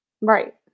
Right